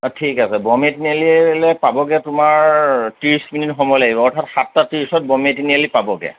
অ' ঠিক আছে তিনিআলিলৈ পাবগৈ তোমাৰ ত্ৰিছ মিনিট সময় লাগিব অৰ্থাৎ সাতটা ত্ৰিছত তিনিআলি পাবগৈ